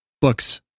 books